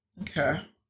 Okay